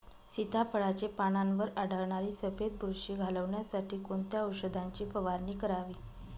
सीताफळाचे पानांवर आढळणारी सफेद बुरशी घालवण्यासाठी कोणत्या औषधांची फवारणी करावी?